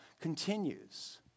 continues